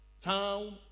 town